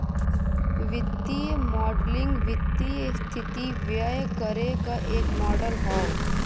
वित्तीय मॉडलिंग वित्तीय स्थिति व्यक्त करे क एक मॉडल हौ